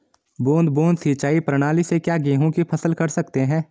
बूंद बूंद सिंचाई प्रणाली से क्या गेहूँ की फसल कर सकते हैं?